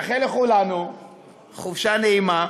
אז אני מאחל לכולנו חופשה נעימה,